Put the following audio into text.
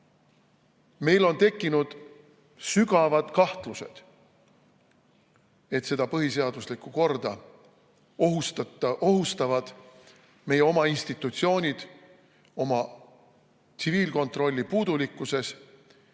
Meil on tekkinud sügavad kahtlused, et seda põhiseaduslikku korda ohustavad meie oma institutsioonid oma tsiviilkontrolli puudulikkuse,